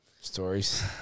stories